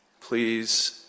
please